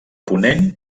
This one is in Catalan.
ponent